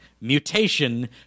mutation